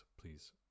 please